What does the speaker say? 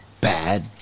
bad